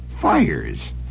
fires